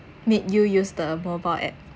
made you use the mobile app